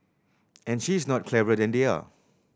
and she is not cleverer than they are